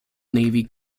navy